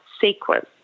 sequence